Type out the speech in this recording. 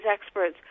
experts